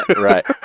right